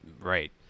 right